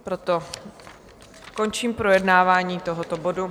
Proto končím projednávání tohoto bodu.